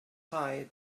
high